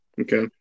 Okay